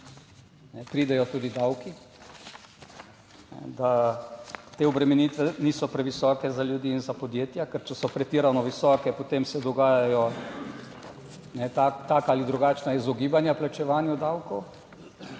pridejo tudi davki, da te obremenitve niso previsoke za ljudi in za podjetja, ker če so pretirano visoke, potem se dogajajo taka ali drugačna izogibanja plačevanju davkov,